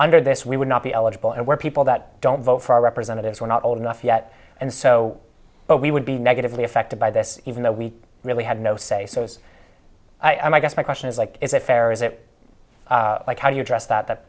under this we would not be eligible and where people that don't vote for our representatives were not old enough yet and so but we would be negatively affected by this even though we really had no say so so i guess my question is like is it fair or is it like how do you address that